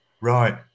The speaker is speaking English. Right